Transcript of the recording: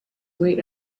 wait